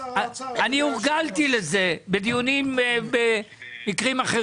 אני הורגלתי לזה בדיונים אחרים.